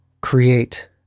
create